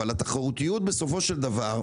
אבל התחרותיות בסופו של דבר,